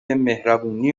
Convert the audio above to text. مهربونی